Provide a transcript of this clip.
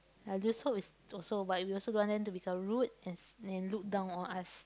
I'll just hope is also but we also don't want them to become rude and and look down on us